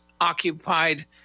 occupied